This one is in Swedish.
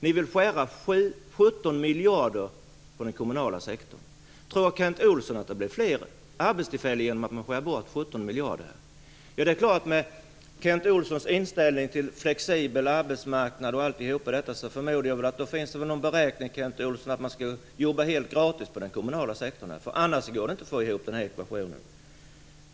Ni vill skära ned 17 miljarder på den kommunala sektorn. Tror Kent Olsson att det blir fler arbetstillfällen genom att man skär bort 17 miljarder? Ja, det är klart att med Kent Olssons inställning till flexibel arbetsmarknad och annat förmodar jag att ni har räknat med att människor skall jobba helt gratis i den kommunala sektorn, för annars går det inte att få ihop ekvationen.